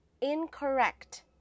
incorrect